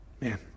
Man